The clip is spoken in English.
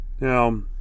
Now